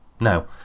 now